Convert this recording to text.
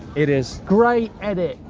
it is. great edit.